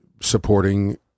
supporting